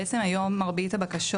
בעצם היום מרבית הבקשות,